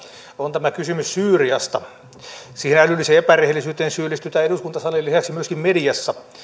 on tämä kysymys syyriasta siihen älylliseen epärehellisyyteen syyllistytään eduskuntasalin lisäksi myöskin mediassa